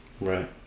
Right